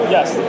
Yes